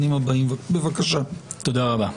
תודה רבה.